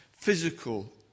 Physical